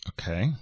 Okay